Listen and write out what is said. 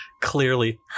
Clearly